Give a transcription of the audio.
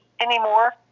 anymore